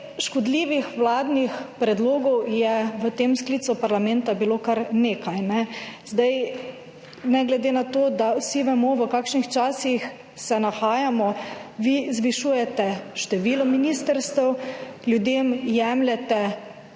Škodljivih vladnih predlogov je v tem sklicu parlamenta bilo kar nekaj. Ne glede na to, da vsi vemo v kakšnih časih se nahajamo, vi zvišujete število ministrstev, ljudem jemljete v prejšnji